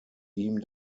ihm